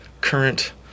current